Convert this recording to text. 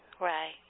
Right